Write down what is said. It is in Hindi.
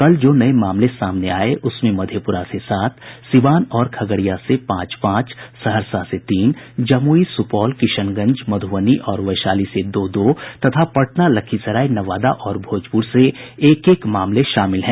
कल जो नये मामले सामने आये उसमें मधेपुरा से सात सिवान और खगड़िया से पांच पांच सहरसा से तीन जमुई सुपौल किशनगंज मधुबनी और वैशाली से दो दो तथा पटना लखीसराय नवादा और भोजपुर से एक एक मामले शामिल हैं